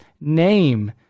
name